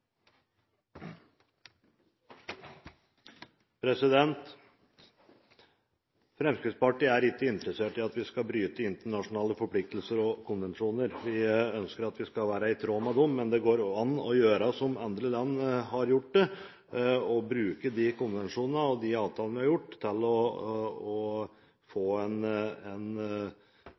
har. Fremskrittspartiet er ikke interessert i at vi skal bryte internasjonale forpliktelser og konvensjoner. Vi ønsker at vi skal være i tråd med dem, men det går an å gjøre som andre land har gjort, å bruke de konvensjonene og de avtalene til å få en